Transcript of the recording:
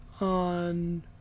on